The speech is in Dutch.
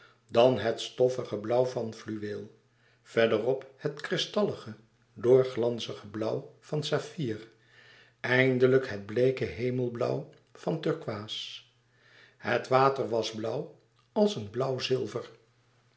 dan het stoffige blauw van fluweel verderop het kristallige doorglanzige blauw van saffier eindelijk het bleeke hemelblauw van turkoois het water was blauw als een blauw zilver